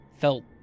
felt